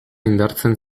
indartzen